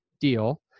deal